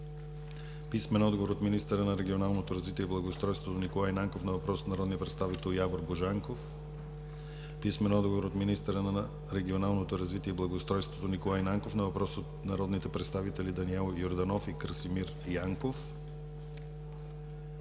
- от министъра на регионалното развитие и благоустройството Николай Нанков на въпрос от народния представител Явор Божанков; - от министъра на регионалното развитие и благоустройството Николай Нанков на въпрос от народните представители Даниел Йорданов и Красимир Янков;